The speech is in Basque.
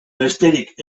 besterik